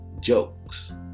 Jokes